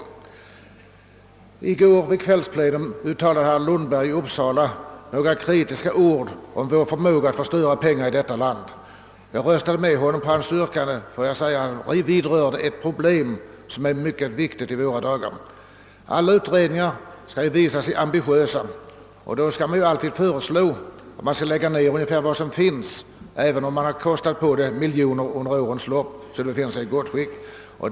Vid gårdagens kvällsplenum uttalade herr Lundberg några kritiska ord om vår förmåga i detta land att förstöra pengar. Jag röstade för hans yrkande, ty jag tyckte att han vidrörde ett problem som är mycket viktigt i våra dagar. Alla utredningar skall visa sig am bitiösa; man ställer olika förslag som innebär att vad som redan finns skall läggas ned, även om det under årens lopp har kostat miljoner kronor och befinner sig i gott skick.